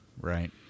right